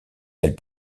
elles